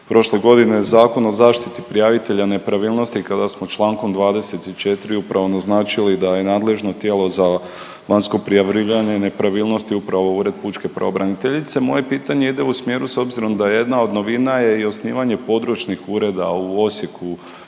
prošle godine Zakon o zaštiti prijavitelja nepravilnosti kada smo čl. 24. upravo naznačili da je nadležno tijelo za vanjsko prijavljivanje nepravilnosti upravo Ured pučke pravobraniteljice. Moje pitanje ide u smjeru s obzirom da jedna od novina je i osnivanje područnih ureda u Osijeku,